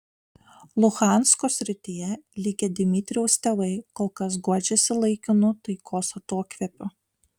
luhansko srityje likę dmitrijaus tėvai kol kas guodžiasi laikinu taikos atokvėpiu